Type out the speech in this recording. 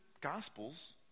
Gospels